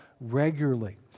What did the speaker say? regularly